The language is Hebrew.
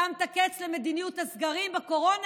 שמת קץ למדיניות הסגרים בקורונה?